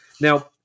Now